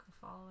follow